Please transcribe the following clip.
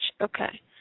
okay